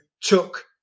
took